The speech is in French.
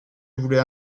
voulais